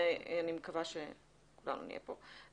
אני מקווה שכולנו נהיה פה,